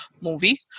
movie